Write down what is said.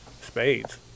Spades